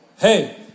hey